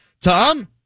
Tom